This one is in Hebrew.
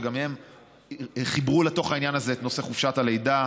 שגם הם חיברו לתוך העניין הזה את נושא חופשת הלידה,